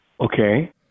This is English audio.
Okay